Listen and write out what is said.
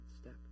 step